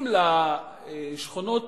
אם לשכונות